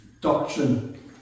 doctrine